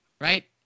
right